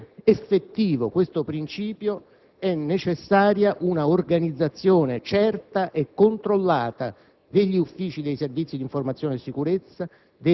cogente ed effettivo questo principio è necessaria una organizzazione certa e controllata